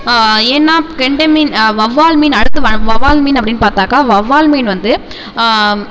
ஏன்னா கெண்டை மீன் வவ்வால் மீன் அடுத்து வ வவ்வால் மீன் அப்படினு பார்த்தாக்கா வவ்வால் மீன் வந்து